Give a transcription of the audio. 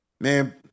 man